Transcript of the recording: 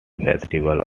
festival